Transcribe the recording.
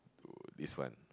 do this one